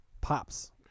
Pops